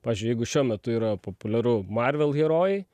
pavyzdžiui jeigu šiuo metu yra populiaru marvel herojai